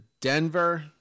Denver